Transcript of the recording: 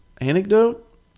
anecdote